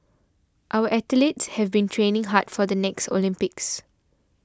our athletes have been training hard for the next Olympics